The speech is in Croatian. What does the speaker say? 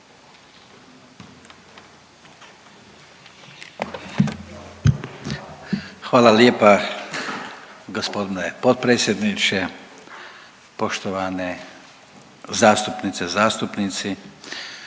Hvala lijepa g. potpredsjedniče. Poštovani zastupnice, zastupnici.